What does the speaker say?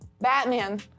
Batman